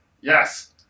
Yes